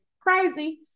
crazy